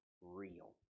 real